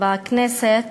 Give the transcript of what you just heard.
בכנסת